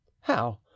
How